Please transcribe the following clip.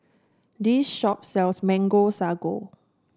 this shop sells Mango Sago